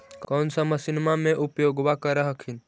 कौन सा मसिन्मा मे उपयोग्बा कर हखिन?